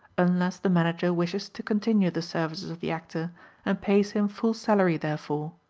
unless the manager wishes to continue the services of the actor and pays him full salary therefor.